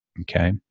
Okay